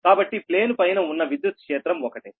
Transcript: కాబట్టి ప్లేను పైన ఉన్న విద్యుత్ క్షేత్రం ఒకటే